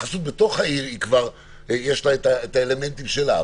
ההתייחסות בתוך העיר, כבר יש לה האלמנטים שלה.